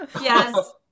Yes